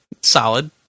Solid